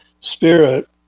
Spirit